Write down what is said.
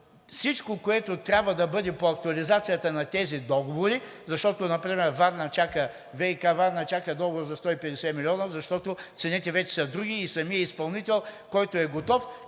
всичко, което трябва да бъде по актуализацията на тези договори, защото например ВиК – Варна, чака договор за 150 милиона, защото цените вече са други и самият изпълнител, който е готов,